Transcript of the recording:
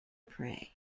prey